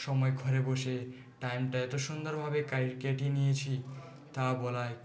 সময় ঘরে বসে টাইমটা এত সুন্দরভাবে কাই কেটে নিয়েছি তা বলাই